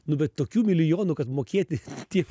nu bet tokių milijonų kad mokėti tiem